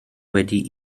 wedi